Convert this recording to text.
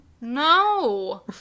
no